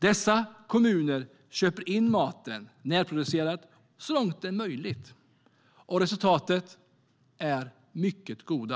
Dessa kommuner köper in närproducerad mat så långt det är möjligt. Resultaten är mycket goda.